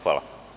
Hvala.